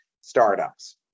startups